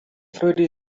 freude